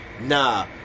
Nah